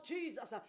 Jesus